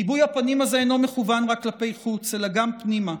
ריבוי הפנים הזה אינו מכוון רק כלפי חוץ אלא גם פנימה.